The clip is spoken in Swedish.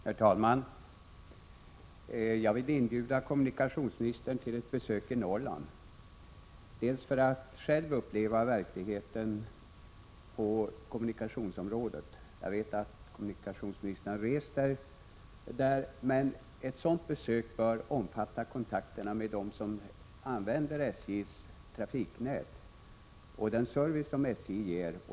Herr talman! Jag vill inbjuda kommunikationsministern till ett besök i Norrland för att själv uppleva verkligheten på kommunikationsområdet. Jag vet att kommunikationsministern har rest där. Ett sådant besök bör emellertid omfatta kontakter med dem som använder SJ:s trafiknät och den service som SJ ger.